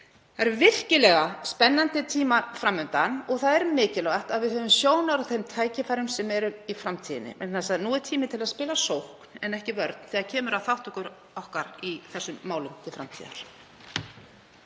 Það eru virkilega spennandi tímar fram undan og það er mikilvægt að við fylgjumst með þeim tækifærum sem eru í framtíðinni vegna þess að nú er tími til að spila sókn en ekki vörn þegar kemur að þátttöku okkar í þessum málum til framtíðar.